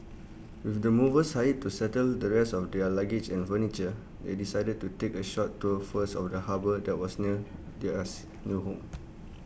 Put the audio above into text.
with the movers hired to settle the rest of their luggage and furniture they decided to take A short tour first of the harbour that was near their us new home